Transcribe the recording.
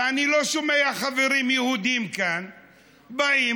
ואני לא שומע חברים יהודים כאן באים,